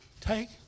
take